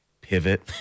pivot